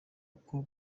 uko